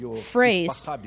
phrase